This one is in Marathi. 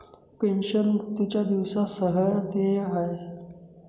पेन्शन, मृत्यूच्या दिवसा सह देय आहे